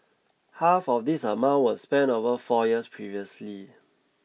half of this amount was spent over four years previously